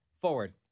Forward